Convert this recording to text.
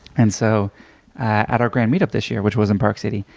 and so at our grand meet up this year which was in park city,